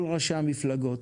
כל ראשי המפלגות